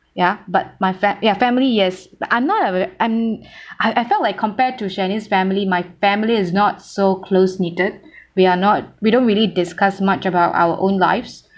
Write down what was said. ya but my fam~ yeah family yes I'm not a very and I felt like compared to shanice's family my family is not so close-knitted we are not we don't really discuss much about our own lives